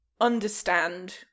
understand